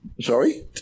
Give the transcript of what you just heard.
Sorry